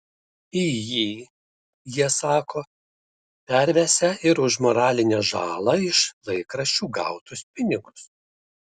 į jį jie sako pervesią ir už moralinę žalą iš laikraščių gautus pinigus